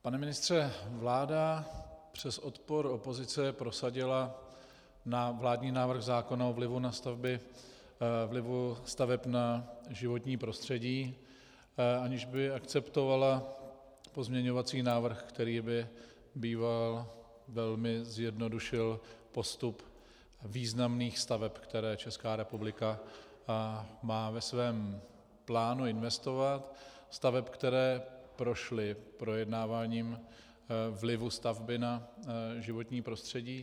Pane ministře, vláda přes odpor opozice prosadila vládní návrh zákona o vlivu staveb na životní prostředí, aniž by akceptovala pozměňovací návrh, který by býval velmi zjednodušil postup významných staveb, které Česká republika má ve svém plánu investovat, staveb, které prošly projednáváním vlivu stavby na životní prostředí.